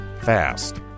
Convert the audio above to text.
fast